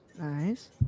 Nice